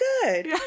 good